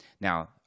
Now